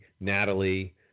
Natalie